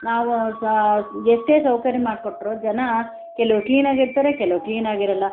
ನಾವು ಸಹ ಎಷ್ಟೇ ಸೌಕರ್ಯ ಮಾಡ್ಕೊಟ್ರು ಜನ ಕೆಲವ್ರು ಕ್ಲೀನ್ ಆಗಿರ್ತಾರೆ ಕೆಲವ್ರು ಕ್ಲೀನ್ ಆಗಿರಲ್ಲ